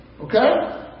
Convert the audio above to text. Okay